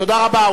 תודה רבה.